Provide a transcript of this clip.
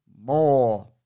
more